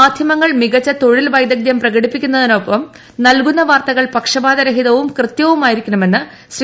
മാധ്യമങ്ങൾ മികച്ച തൊഴിൽ വൈദഗ്ദ്ധ്യം പ്രകടിപ്പിക്കുന്നതോടൊപ്പം നൽകുന്ന വാർത്തകൾ പക്ഷപാത രഹിതവും കൃത്യവും ആയിരിക്കണമെന്ന് ശ്രീ